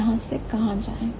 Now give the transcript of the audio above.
यहां से कहां जाएं